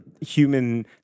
human